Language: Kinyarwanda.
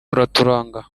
uraturanga